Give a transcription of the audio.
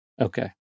okay